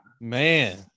man